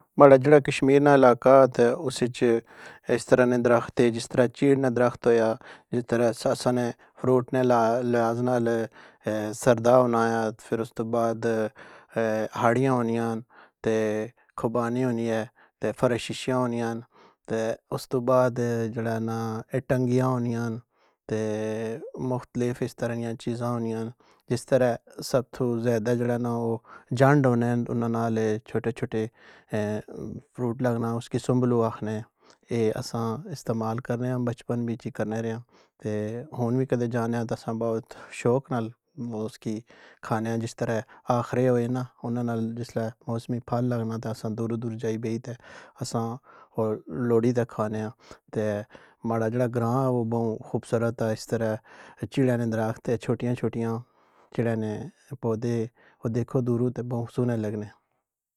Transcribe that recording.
ماڑا جیڑا کشمیر نا علاقہ تہ اس اچ اس طرح نے درخت اے جس طرح چیڑ نا درخت ہویا, جس طرح اساں نے فروٹ نے لہاظ نال سردا ہونا یا فر اُس توں بعد ہاڑیاں ہونیاں تہ خوبانی ہونی اے تہ فرششاں ہونیاں, تہ اُس توں بعد جیڑا نا ایٹنگیاں ہونیاں تہ مُختلف اس طرح نیاں چیزاں ہونیاں جس طرح سب تو زیادہ جیڑا اے نا او جنڈ ہونے اُنا نال چھوٹے چھوٹے فروٹ لگنا اُسکی سُمبلو آخنے اے اساں استعمال کرنے آں بچپن وج وی کرنے رئے آں تہ ہن وی کدے جانے آں تہ اساں بہت شوق نال وہ اُسکی کھانے آں جس طرح آخرے ہوۓ نا اونا نال جسلے موسمی پھل لگنا تہ اساں دوروں دوروں جائی بئ تہ اساں اور لوڑی تہ کھانے آں تہ ماڑا جیڑا گراں اے او بوں خوبصورت ہے اس طرح چڑاں نہ درخت اے چھوٹیاں چھوٹیاں چڑاں نے پودے او دیکھو دوروں تہ بوں سوہنے لگنے۔